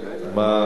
גם אני פה.